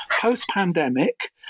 post-pandemic